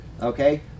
Okay